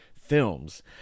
films